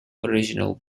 original